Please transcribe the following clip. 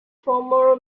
former